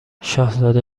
شاهزاده